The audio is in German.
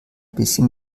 bisschen